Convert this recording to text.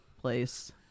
place